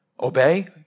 Obey